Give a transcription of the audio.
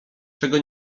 czego